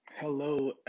Hello